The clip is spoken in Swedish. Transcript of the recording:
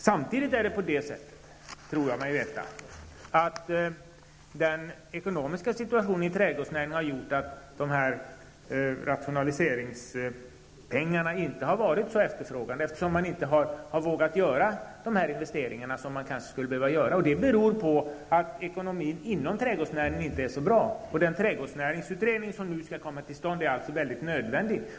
Samtidigt tror jag mig veta att den ekonomiska situationen i trädgårdsnäringen har gjort att dessa rationaliseringspengar inte har varit så efterfrågade. Man har inte vågat göra de investeringar som man kanske skulle behöva göra. Det beror på att ekonomin inom trädgårdsnäringen inte är så bra. Utredningen om trädgårdsnäringen som nu skall komma till stånd är alltså nödvändig.